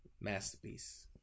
masterpiece